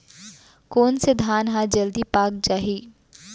कोन से धान ह जलदी पाक जाही?